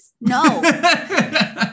No